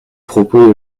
propos